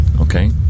Okay